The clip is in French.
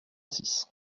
six